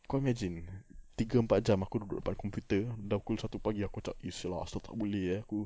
kau imagine tiga empat jam aku duduk depan computer dah pukul satu pagi aku tak is apasal tak boleh ah aku